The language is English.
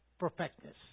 Perfectness